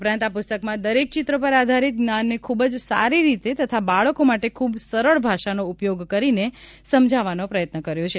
ઉપરાંત આ પુસ્તકમાં દરેક ચિત્ર પર આધારિત જ્ઞાનને ખૂબ જ સુંદર રીતે તથા બાળકો માટે ખૂબ સરળ ભાષાનો ઉપયોગ કરીને સમજાવવાનો પ્રયત્ન કર્યો છે